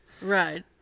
Right